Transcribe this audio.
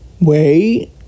Wait